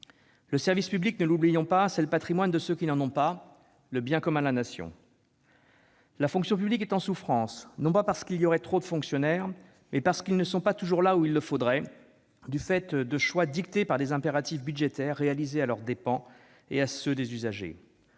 Le service public, ne l'oublions pas, c'est le patrimoine de ceux qui n'en ont pas, le bien commun de la Nation. La fonction publique est en souffrance, non parce qu'il y aurait trop de fonctionnaires, mais parce qu'ils ne sont pas toujours là où il le faudrait, du fait de choix dictés par des impératifs budgétaires réalisés à leurs dépens et à ceux des usagers.